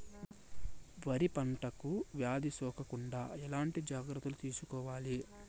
వరి పంటకు వ్యాధి సోకకుండా ఎట్లాంటి జాగ్రత్తలు తీసుకోవాలి?